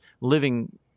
living